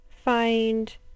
find